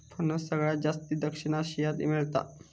फणस सगळ्यात जास्ती दक्षिण आशियात मेळता